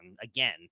again